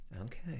Okay